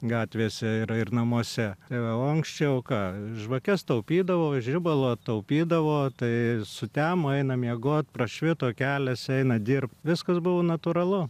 gatvėse yra ir namuose o anksčiauką žvakes taupydavo žibalą taupydavo tai sutemo eina miegot prašvito kelias eina dirbti viskas buvo natūralu